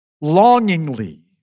longingly